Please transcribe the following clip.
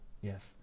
yes